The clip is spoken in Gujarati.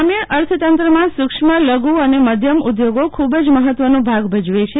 ગ્રામીણ અર્થતંત્રમાં સક્ષ્મ લઘુ અને મધ્યમ ઉધોગો ખુબ જ મહત્વનો ભાગ ભજવે છે